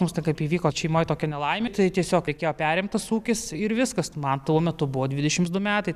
mums tai kaip įvyko šeimoj tokia nelaimė tai tiesiog reikėjo perimt tas ūkis ir viskas man tuo metu buvo dvidešims du metai